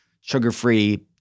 sugar-free